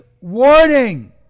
warning